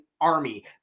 army